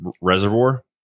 reservoir